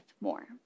more